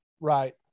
Right